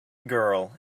girl